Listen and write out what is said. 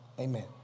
Amen